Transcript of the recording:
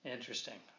Interesting